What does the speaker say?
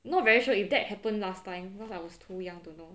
not very sure if that happened last time because I was too young to know